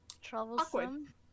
Troublesome